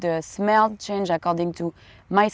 the smell change according to my